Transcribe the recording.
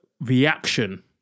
reaction